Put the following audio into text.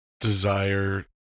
desire